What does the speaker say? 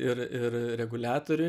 ir ir reguliatoriui